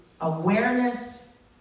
awareness